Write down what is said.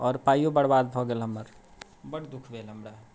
आओर पाइयो बरबाद भऽ गेल हमर बड दुख भेल हमरा